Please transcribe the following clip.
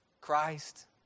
Christ